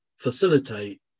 facilitate